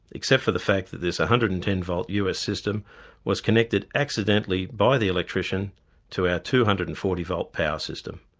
except for the fact that this one hundred and ten volt us system was connected accidentally by the electrician to our two hundred and forty volt power system.